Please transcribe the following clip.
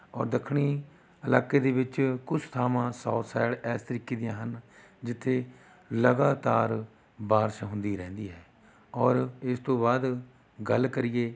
ਔਰ ਦੱਖਣੀ ਇਲਾਕੇ ਦੇ ਵਿੱਚ ਕੁਛ ਥਾਵਾਂ ਸਾਊਥ ਸਾਇਡ ਇਸ ਤਰੀਕੇ ਦੀਆਂ ਹਨ ਜਿੱਥੇ ਲਗਾਤਾਰ ਬਾਰਿਸ਼ ਹੁੰਦੀ ਰਹਿੰਦੀ ਹੈ ਔਰ ਇਸ ਤੋਂ ਬਾਅਦ ਗੱਲ ਕਰੀਏ